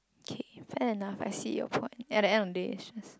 kay fair enough I see your point at the end of the day it's just